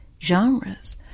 genres